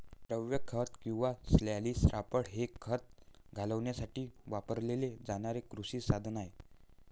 द्रव खत किंवा स्लरी स्पायडर हे खत घालण्यासाठी वापरले जाणारे कृषी साधन आहे